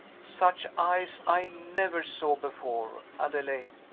such eyes i never saw before, adelaide,